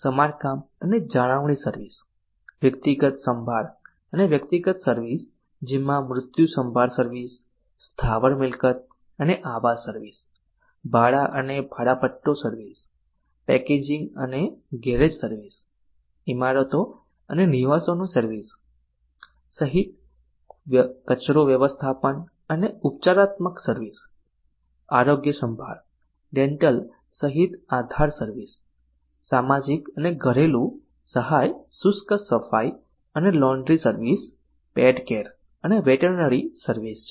સમારકામ અને જાળવણી સર્વિસ વ્યક્તિગત સંભાળ અને વ્યક્તિગત સર્વિસ જેમાં મૃત્યુ સંભાળ સર્વિસ સ્થાવર મિલકત અને આવાસ સર્વિસ ભાડા અને ભાડાપટ્ટો સર્વિસ પાર્કિંગ અને ગેરેજ સર્વિસ ઇમારતો અને નિવાસોની સર્વિસ સહિત કચરો વ્યવસ્થાપન અને ઉપચારાત્મક સર્વિસ આરોગ્ય સંભાળ ડેન્ટલ સહિત આધાર સર્વિસ સામાજિક અને ઘરેલું સહાય શુષ્ક સફાઈ અને લોન્ડ્રી સર્વિસ પેટ કેર અને વેટરનરી સર્વિસ છે